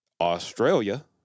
Australia